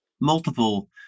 multiple